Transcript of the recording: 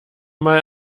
mal